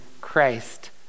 Christ